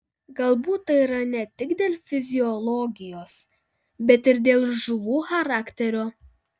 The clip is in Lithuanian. galbūt taip yra ne tik dėl fiziologijos bet ir dėl žuvų charakterio